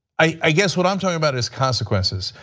i guess what i am talking about is consequences.